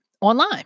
online